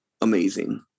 amazing